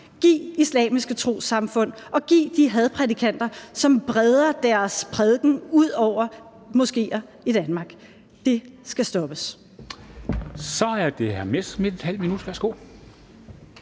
de islamiske trossamfund og de hadprædikanter, som breder deres prædiken ud over moskeer i Danmark. Det skal stoppes.